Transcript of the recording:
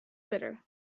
bitter